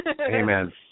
Amen